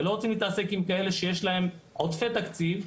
ולא רוצים להתעסק עם כאלה שיש להם עודפי תקציב,